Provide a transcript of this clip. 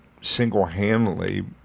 single-handedly